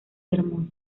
hermosa